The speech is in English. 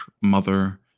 mother